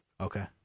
Okay